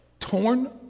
torn